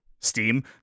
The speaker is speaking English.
Steam